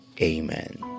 Amen